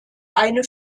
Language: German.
eine